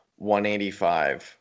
185